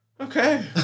Okay